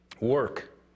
Work